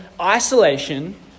isolation